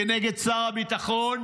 כנגד שר הביטחון,